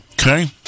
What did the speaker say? Okay